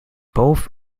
both